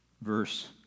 verse